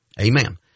Amen